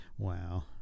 Wow